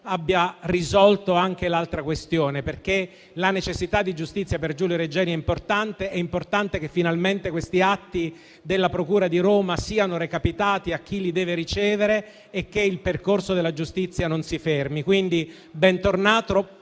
abbia risolto anche l'altra questione, perché la necessità di giustizia per Giulio Regeni è importante. È importante che finalmente gli atti della procura di Roma siano recapitati a chi li deve ricevere e che il percorso della giustizia non si fermi.